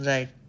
Right